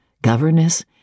governess